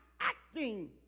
acting